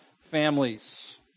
families